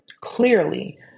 clearly